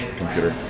computer